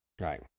Right